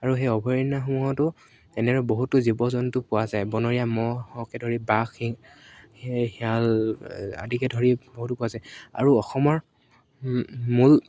আৰু সেই অভয়াৰণ্যসমূহতো এনেদৰে বহুতো জীৱ জন্তু পোৱা যায় বনৰীয়া ম'হকে ধৰি বাঘ সিং শিয়াল আদিকে ধৰি বহুতো পোৱা যায় আৰু অসমৰ মূল